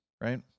right